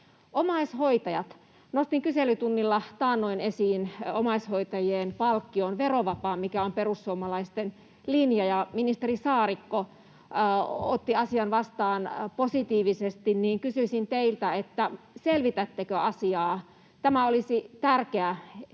Omaishoitajat. Nostin kyselytunnilla taannoin esiin omaishoitajien palkkion, verovapaan, joka on perussuomalaisten linja, ja ministeri Saarikko otti asian vastaan positiivisesti. Kysyisin teiltä: selvitättekö asiaa? Tämä olisi tärkeää